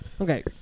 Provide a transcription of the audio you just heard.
Okay